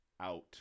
Out